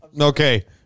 Okay